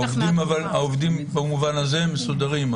אבל העובדים, הנציגים שלכם, במובן הזה מסודרים?